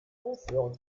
aufhören